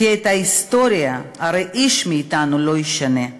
כי את ההיסטוריה הרי איש מאתנו לא ישנה.